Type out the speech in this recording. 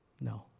No